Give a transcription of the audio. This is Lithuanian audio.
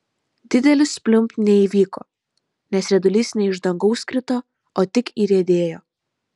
didelis pliumpt neįvyko nes riedulys ne iš dangaus krito o tik įriedėjo